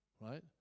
right